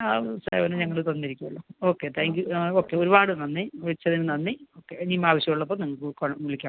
ഞങ്ങൾ പറഞ്ഞിരിക്കുമല്ലോ okay thank you ആ ഓക്കെ ഒരുപാട് നന്ദി വിളിച്ചതിന് നന്ദി ഓക്കെ ഇനിയും ആവശ്യം ഉള്ളപ്പോൾ നിങ്ങൾക്ക് വിളിക്കാം